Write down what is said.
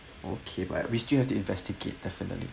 okay but we still have to investigate definitely